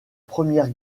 première